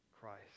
Christ